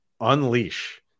unleash